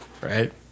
Right